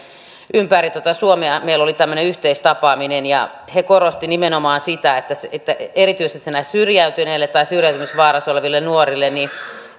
ympäri suomea meillä oli tämmöinen yhteistapaaminen ja he korostivat nimenomaan sitä että erityisesti näille syrjäytyneille ja syrjäytymisvaarassa oleville nuorille